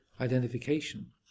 identification